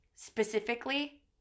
Specifically